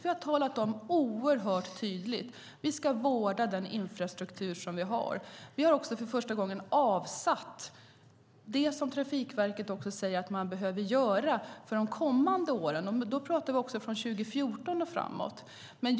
Vi har varit oerhört tydliga med att vi ska vårda den infrastruktur vi har. Vi har också för första gången avsatt medel för det som Trafikverket säger att de behöver göra under de kommande åren. Då talar vi om 2014 och framåt.